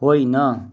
होइन